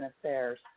affairs